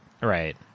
Right